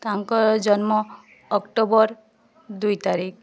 ତାଙ୍କର ଜନ୍ମ ଅକ୍ଟୋବର ଦୁଇ ତାରିଖ